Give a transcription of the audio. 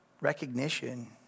Recognition